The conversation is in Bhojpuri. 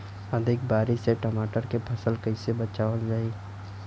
अधिक बारिश से टमाटर के फसल के कइसे बचावल जाई?